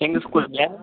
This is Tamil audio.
எங்கள் ஸ்கூலில்